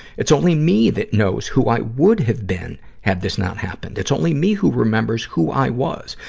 it's only me that knows who i would have been had this not happened. it's only me who remembers who i was.